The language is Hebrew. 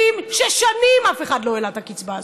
מנכים, ששנים אף אחד לא העלה את הקצבה הזאת,